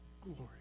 glory